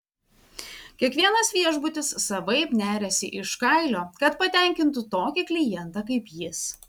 kiekvienas viešbutis savaip neriasi iš kailio kad patenkintų tokį klientą kaip jis